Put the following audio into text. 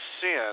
sin